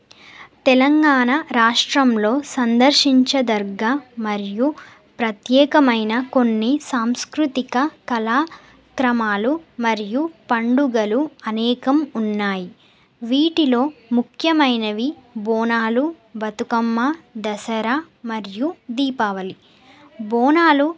తెలంగాణ రాష్ట్రంలో సందర్శించ దర్గ మరియు ప్రత్యేకమైన కొన్ని సాంస్కృతిక కార్యక్రమాలు మరియు పండుగలు అనేకం ఉన్నాయి వీటిలో ముఖ్యమైనవి బోనాలు బతుకమ్మ దసరా మరియు దీపావళి బోనాలు